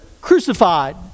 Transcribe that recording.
crucified